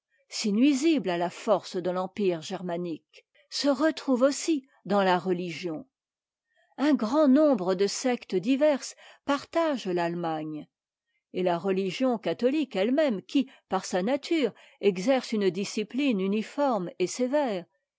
si nuisible à la force de l'empire germanique se retrouve aussi dans la religion un grand nombre de sectes diverses partagent l'allemagne et la religion catholique elle-même qui par sa nature exerce une discipline uniforme et sévère